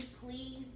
please